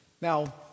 Now